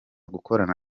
gukorana